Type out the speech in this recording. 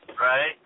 Right